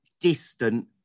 distant